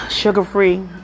sugar-free